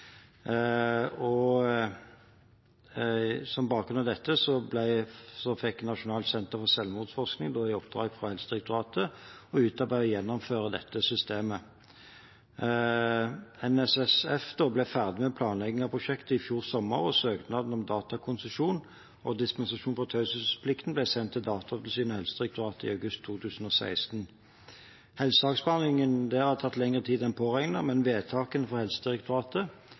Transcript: og gjennomføre dette systemet. NSSF ble ferdig med planleggingen av prosjektet i fjor sommer, og søknaden om datakonsesjon og dispensasjon fra taushetsplikten ble sendt til Datatilsynet og Helsedirektoratet i august 2016. Saksbehandlingen har tatt lengre tid enn påregnet, men vedtakene fra Helsedirektoratet